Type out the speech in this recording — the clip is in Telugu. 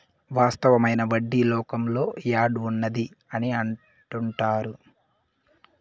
వాస్తవమైన వడ్డీ లోకంలో యాడ్ ఉన్నది అని అంటుంటారు